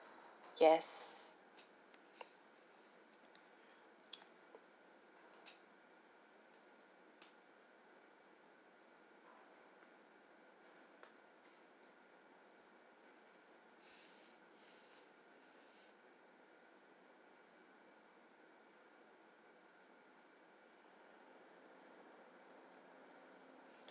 yes